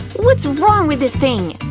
what's wrong with this thing?